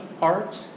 art